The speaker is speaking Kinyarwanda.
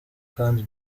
kandi